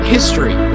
History